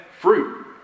fruit